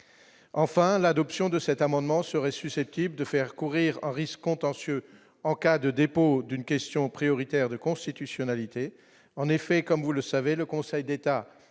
enfin l'adoption de cet amendement serait susceptible de faire courir un risque contentieux en cas de dépôt d'une question prioritaire de constitutionnalité en effet comme vous le savez, le Conseil d'État